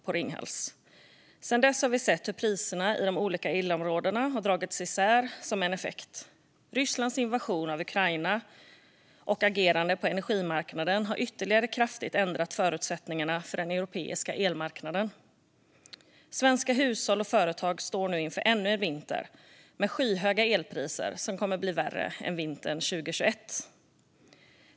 Sedan dess har vi som en effekt sett att priserna i de olika elområdena har dragits isär. Även Rysslands invasion av Ukraina och agerande på energimarknaden har ändrat förutsättningarna för den europeiska elmarknaden kraftigt. Svenska hushåll och företag står nu inför ännu en vinter med skyhöga elpriser; det kommer att bli värre än under vintern 2021.